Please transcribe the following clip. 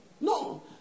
No